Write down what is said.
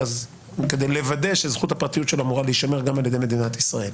כדי לוודא שזכות הפרטיות שלו אמורה להישמר גם על ידי מדינת ישראל.